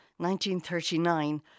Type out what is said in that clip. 1939